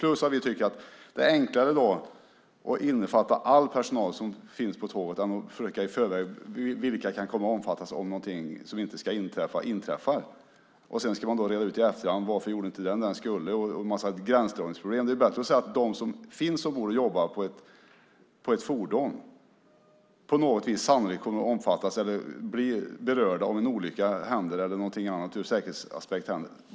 Dessutom tycker vi att det är enklare att innefatta all personal som finns på tåget i stället för att i förväg försöka ta reda på vilka som kan komma att omfattas om någonting som inte ska inträffa inträffar. Sedan ska man reda ut i efterhand varför man inte gjorde det man skulle. Det skulle bli en massa gränsdragningsproblem. Det är bättre att säga att de som jobbar på ett fordon på något vis sannolikt kommer att bli berörda om en olycka eller något annat händer.